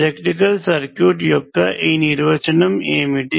electrical circuit యొక్క ఈ నిర్వచనం ఏమిటి